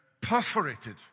perforated